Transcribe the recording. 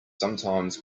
sometimes